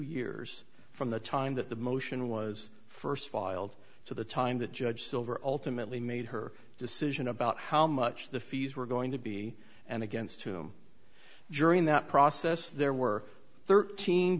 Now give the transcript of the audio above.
years from the time that the motion was first filed to the time that judge silver ultimately made her decision about how much the fees were going to be and against whom during that process there were thirteen